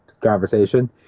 conversation